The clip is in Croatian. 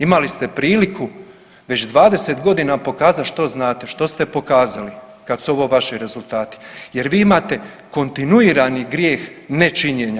Imali ste priliku već 20 godina pokazat što znate, što ste pokazali kad su ovo vaši rezultati jer vi imate kontinuirani grijeh nečinjenja.